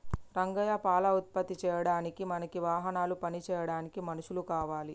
రంగయ్య పాల ఉత్పత్తి చేయడానికి మనకి వాహనాలు పని చేయడానికి మనుషులు కావాలి